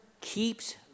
keeps